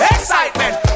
Excitement